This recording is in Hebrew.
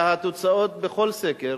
והתוצאות בכל סקר